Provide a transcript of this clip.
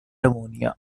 ammonia